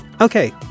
Okay